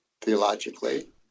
theologically